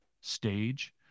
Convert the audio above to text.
stage